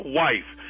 wife